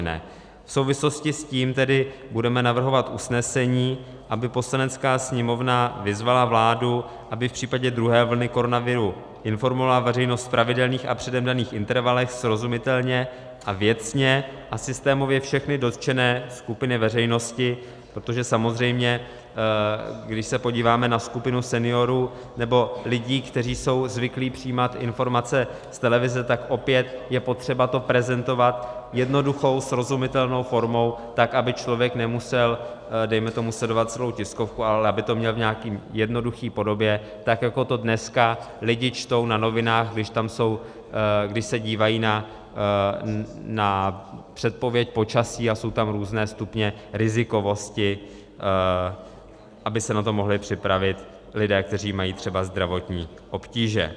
V souvislosti s tím tedy budeme navrhovat usnesení, aby Poslanecká sněmovna vyzvala vládu, aby v případě druhé vlny koronaviru informovala veřejnost v pravidelných a předem daných intervalech, srozumitelně a věcně a systémově všechny dotčené skupiny veřejnosti, protože samozřejmě když se podíváme na skupinu seniorů nebo lidí, kteří jsou zvyklí přijímat informace z televize, tak opět je potřeba to prezentovat jednoduchou, srozumitelnou formou, aby člověk nemusel dejme tomu sledovat celou tiskovku, ale aby to měl v nějaké jednoduché podobě, jako to dneska čtou lidé na novinách, když se dívají na předpověď počasí a jsou tam různé stupně rizikovosti, aby se na to mohli připravit lidé, kteří mají třeba zdravotní obtíže.